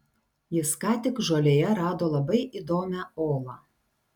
jis ką tik žolėje rado labai įdomią olą